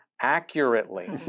accurately